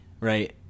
right